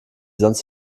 sonst